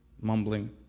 mumbling